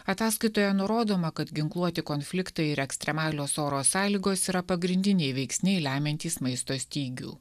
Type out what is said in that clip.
ataskaitoje nurodoma kad ginkluoti konfliktai ir ekstremalios oro sąlygos yra pagrindiniai veiksniai lemiantys maisto stygių